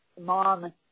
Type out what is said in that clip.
mom